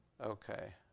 Okay